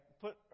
put